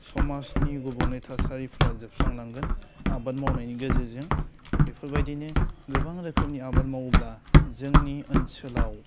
समाजनि गुबुंनाय थासारिफ्रा जोबस्रांलांगोन आबाद मावनायनि गेजेरजों बेफोर बायदिनो गोबां रोखोमनि आबाद मावोब्ला जोंनि ओनसोलाव